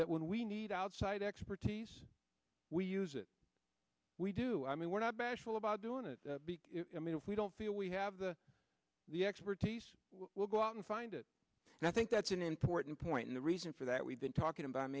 that when we need outside expertise we use it we do i mean we're not bashful about doing it we don't feel we have the expertise will go out and find it and i think that's an important point in the reason for that we've been talking about